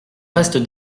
vaste